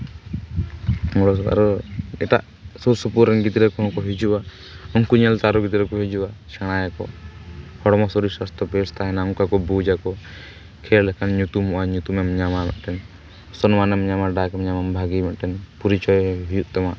ᱮᱴᱟᱜ ᱥᱩᱨ ᱥᱩᱯᱩᱨ ᱨᱮᱱ ᱜᱤᱫᱽᱨᱟᱹ ᱠᱚᱦᱚᱸ ᱠᱚ ᱦᱤᱡᱩᱜᱼᱟ ᱩᱱᱠᱩ ᱧᱮᱞᱛᱮ ᱟᱨᱚ ᱜᱤᱫᱽᱨᱟᱹ ᱠᱚ ᱦᱤᱡᱩᱜᱼᱟ ᱥᱮᱬᱟᱭᱟ ᱠᱚ ᱦᱚᱲᱢᱚ ᱥᱚᱨᱤᱨ ᱥᱟᱥᱛᱷᱚ ᱵᱮᱥ ᱛᱟᱦᱮᱱᱟ ᱚᱱᱠᱟ ᱠᱚ ᱵᱩᱡᱟᱠᱚ ᱠᱷᱮᱞ ᱞᱮᱠᱷᱟᱱ ᱧᱩᱛᱩᱢᱚᱜᱼᱟ ᱧᱩᱛᱩᱢᱮᱢ ᱧᱟᱢᱟ ᱢᱮᱫᱴᱮᱱ ᱥᱚᱱᱢᱟᱱᱮᱢ ᱧᱟᱢᱟ ᱰᱟᱠᱮᱢ ᱧᱟᱢᱟ ᱵᱷᱟᱜᱮ ᱢᱤᱫᱴᱮᱱ ᱯᱚᱨᱤᱪᱚᱭ ᱦᱩᱭᱩᱜ ᱛᱟᱢᱟ